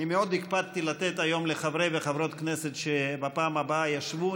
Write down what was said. אני מאוד הקפדתי לתת היום לחברי וחברות כנסת שבפעם הקודמת ישבו,